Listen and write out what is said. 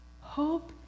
Hope